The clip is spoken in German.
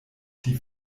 die